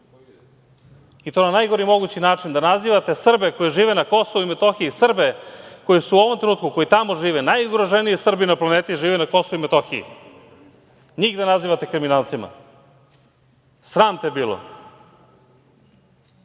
i to na najgori mogući način, da nazivate Srbe koji žive na Kosovu i Metohiji, Srbe koji su u ovom trenutku, koji tamo žive, najugroženiji Srbi na planeti žive na Kosovu i Metohiji, njih da nazivate kriminalcima, sram te bilo. Kako